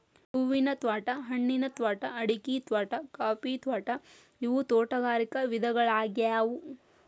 ಹೂವಿನ ತ್ವಾಟಾ, ಹಣ್ಣಿನ ತ್ವಾಟಾ, ಅಡಿಕಿ ತ್ವಾಟಾ, ಕಾಫಿ ತ್ವಾಟಾ ಇವು ತೋಟಗಾರಿಕ ವಿಧಗಳ್ಯಾಗ್ಯವು